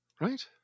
Right